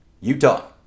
Utah